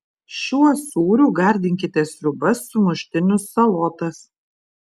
šiuo sūriu gardinkite sriubas sumuštinius salotas